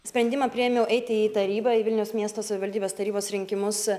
sprendimą priėmiau eiti į tarybą į vilniaus miesto savivaldybės tarybos rinkimus